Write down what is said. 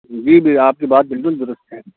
جی جی آپ کی بات بالکل دُرست ہے